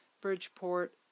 Bridgeport